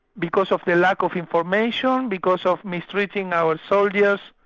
because of the lack of information, because of mistreating our soldiers,